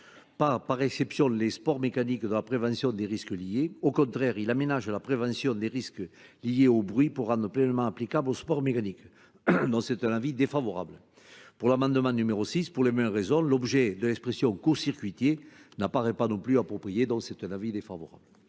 par exception les sports mécaniques de la prévention des risques liés. Au contraire, il aménage la prévention des risques liés au bruit pour rendre pleinement applicable aux sports mécaniques. Dans cet avis défavorable. Pour l'amendement numéro 6, pour les mêmes raisons, l'objet de l'expression « co-circuitiers » n'apparaît pas non plus approprié. Dans cet avis défavorable.